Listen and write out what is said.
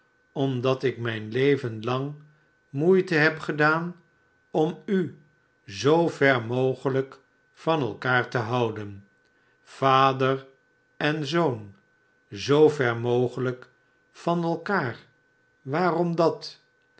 omdat ik mijn leven lang moeite heb gedaan om u zoo ver mogelijk van elkaar te houden avader en zoon zoo ver mogelijk van elkaar waarom dat